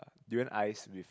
durian ice with